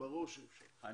ברור שאי אפשר.